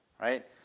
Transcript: Right